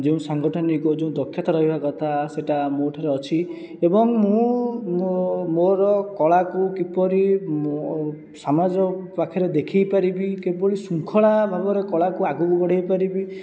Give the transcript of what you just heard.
ଯେଉଁ ସାଙ୍ଗଠନିକ ଯେଉଁ ଦକ୍ଷତା ରହିବା କଥା ସେଇଟା ମୋ' ଠାରେ ଅଛି ଏବଂ ମୁଁ ମୋର କଳାକୁ କିପରି ସମାଜର ପାଖରେ ଦେଖାଇ ପାରିବି କିଭଳି ଶୃଙ୍ଖଳା ଭାବରେ କଳାକୁ ଆଗକୁ ବଢ଼ାଇ ପାରିବି